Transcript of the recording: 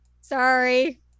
Sorry